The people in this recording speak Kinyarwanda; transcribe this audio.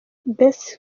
best